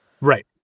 Right